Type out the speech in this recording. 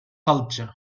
culture